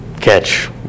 catch